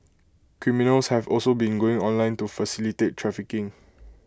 criminals have also been going online to facilitate trafficking